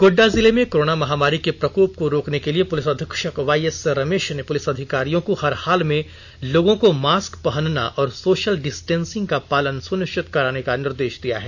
गोड्डा जिले में कोरोना महामारी के प्रकोप को रोकने के लिए पुलिस अधीक्षक वाईएस रमेश ने पुलिस अधिकारियों को हर हाल में लोगों को मास्क पहनना और सोशल डिस्टेंसिंग का पालन सुनिश्चित कराने का निर्देश दिया है